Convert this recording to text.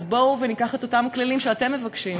אז בואו ניקח את אותם כללים שאתם מבקשים,